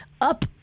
Up